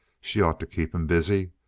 she ought to keep him busy.